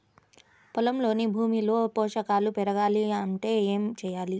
పొలంలోని భూమిలో పోషకాలు పెరగాలి అంటే ఏం చేయాలి?